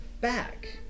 back